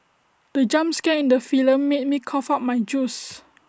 the jump scare in the film made me cough out my juice